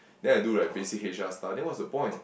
then I do like basic H_R stuff then what's the point